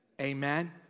Amen